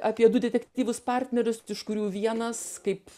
apie du detektyvus partnerius iš kurių vienas kaip